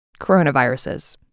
coronaviruses